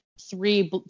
three